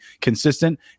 consistent